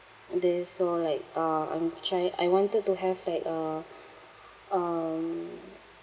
this so like uh I'm try I wanted to have like a um